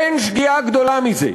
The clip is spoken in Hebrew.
אין שגיאה גדולה מזה.